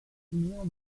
neal